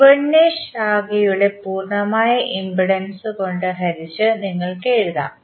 V 1 നെ ശാഖയുടെ പൂർണ്ണമായ ഇംപെഡൻസ് കൊണ്ട് ഹരിച്ച് നിങ്ങൾക്ക് എഴുതാം